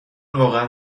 واقعا